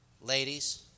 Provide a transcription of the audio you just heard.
ladies